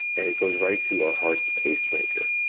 and it goes right to our heart's pacemaker.